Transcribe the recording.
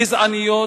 גזעניות,